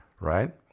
right